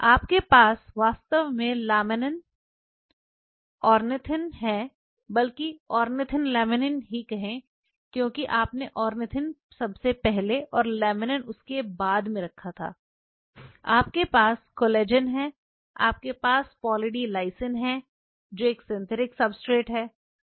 आपके पास वास्तव में लैमिन ऑर्निथिन है बल्कि ऑर्निथिन लेमिनेन है क्योंकि आपने ऑर्निथिन सबसे पहले और लेमिनेन को बाद में रखा था आप के पास कोलेजन है आपके पास पॉली डी लाइसिन है जो एक सिंथेटिक सब्सट्रेट है